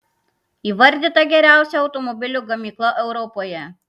įvardyta geriausia automobilių gamykla europoje